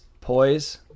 Poise